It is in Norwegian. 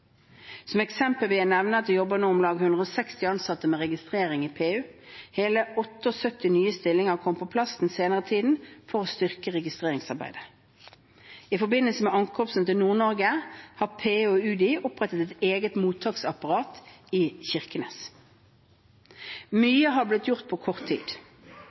Som eksempel vil jeg nevne at det jobber nå om lag 160 ansatte med registering i PU. Hele 78 nye stillinger har kommet på plass den senere tiden for å styrke registreringsarbeidet. I forbindelse med ankomstene til Nord-Norge har PU og UDI opprettet et eget mottaksapparat i Kirkenes. Mye har blitt gjort på kort tid.